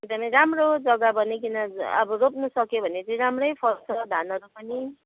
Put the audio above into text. एकदमै राम्रो जग्गा बनाइकन अब रोप्नु सक्यो भने चाहिँ राम्रै फल्छ धानहरू पनि